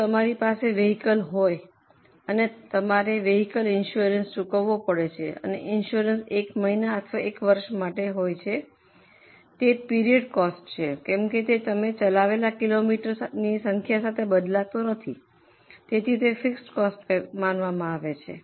જો તમારી પાસે વેહિકલ હોય તો તમારે વેહિકલ ઈન્સુરન્સ ચૂકવવો પડે છે અને ઈન્સુરન્સ 1 મહિના અથવા 1 વર્ષ માટે હોય છે તે પિરિઓડ કોસ્ટ છે કેમ કે તે તમે ચલાવેલા કિલોમીટરની સંખ્યા સાથે બદલાતી નથી તેથી તે ફિક્સડ કોસ્ટ માનવામાં આવે છે